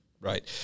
right